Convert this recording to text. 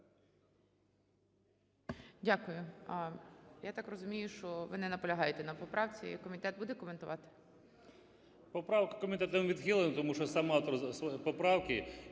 Дякую. Я так розумію, що ви не наполягаєте на поправці. Комітет буде коментувати?